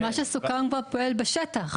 מה שסוכם כבר פועל בשטח,